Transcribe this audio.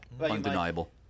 Undeniable